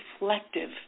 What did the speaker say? reflective